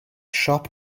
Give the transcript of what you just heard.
siop